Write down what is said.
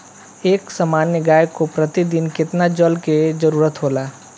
एक सामान्य गाय को प्रतिदिन कितना जल के जरुरत होला?